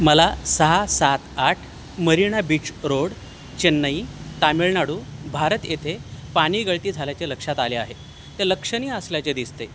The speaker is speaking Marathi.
मला सहा सात आठ मरिणा बीच रोड चेन्नई तामिळनाडू भारत येथे पाणीगळती झाल्याचे लक्षात आले आहे ते लक्षणीय असल्याचे दिसते आहे